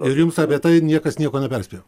ir jums apie tai niekas nieko neperspėjo